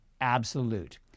absolute